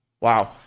Wow